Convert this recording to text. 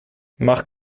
mach